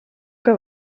que